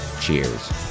cheers